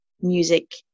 music